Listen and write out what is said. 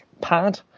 pad